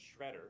shredder